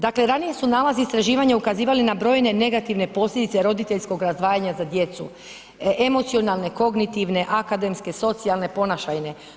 Dakle ranije su nalazi istraživanja ukazivali na brojne negativne posljedice roditeljskog razdvajanja za djecu, emocionalne kognitivne akademske socijalne ponašajne.